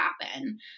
happen